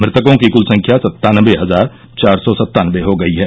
मृतकों की कुल संख्या सत्तानवे हजार चार सौ सत्तानवे हो गई है